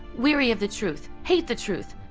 weary of the truth, hate the truth,